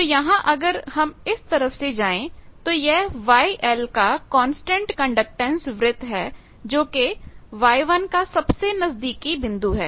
तो यहां अगर हम इस तरफ जाएं तो यह YL का कांस्टेंट कंडक्टैंस वृत्त है जोकि Y1 का सबसे नजदीकी बिंदु है